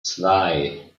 zwei